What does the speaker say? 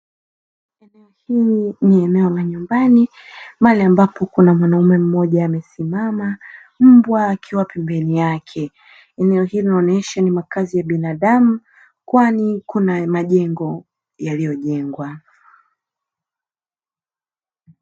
Hili ni eneo la nyumbani mahali ambapo, kuna mwanaume mmoja amesimama mbwa akiwa pembeni yake, eneo hili linaonesha ni makazi ya binadamu kwani kuna majengo yaliyojengwa.